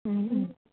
ও ও